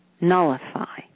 nullify